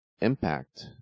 Impact